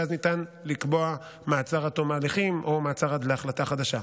ואז ניתן לקבוע מעצר עד תום ההליכים או מעצר עד להחלטה חדשה.